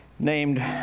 named